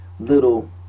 little